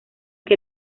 que